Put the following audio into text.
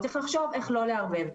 צריך לחשוב איך לא לערבב.